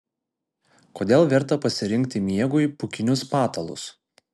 kodėl verta pasirinkti miegui pūkinius patalus